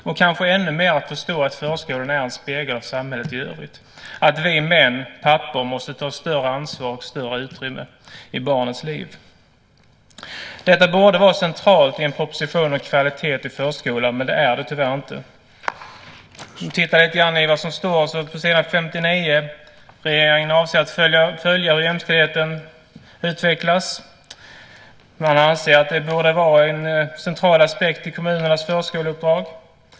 Kanske handlar det ännu mer om att förstå att förskolan är en spegel av samhället i övrigt, att vi män och pappor måste ta större ansvar och större utrymme i barnens liv. Detta borde vara centralt i en proposition om kvalitet i förskolan, men det är det tyvärr inte. På s. 59 står att regeringen avser att följa hur jämställdheten utvecklas. Man anser att det borde vara en central aspekt i kommunernas förskoleuppdrag.